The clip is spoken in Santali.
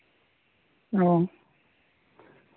ᱚᱻ